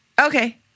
Okay